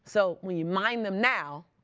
so when you mine them now,